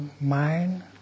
mind